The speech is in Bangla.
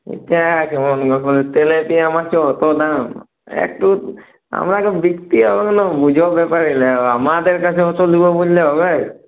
এটা কেমন হল তেলাপিয়া মাছের অত দাম একটু আমাদের কাছে অত নেব বললে হবে